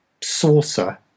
saucer